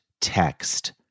text